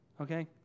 okay